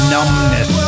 Numbness